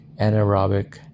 anaerobic